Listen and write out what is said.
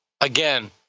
again